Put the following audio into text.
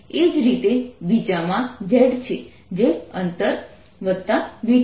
એ જ રીતે બીજામાં z છે જે અંતર vt છે